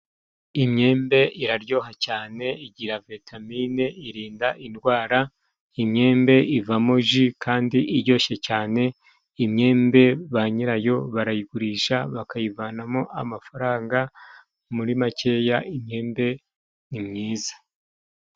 Imyembe iraryoha cyane igira vitamine irinda indwara, imyembe ivamo ji kandi iryoshe cyane, imyembe banyirayo barayigurisha bakayivanamo amafaranga muri makeya imyembe ni myiza.